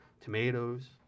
tomatoes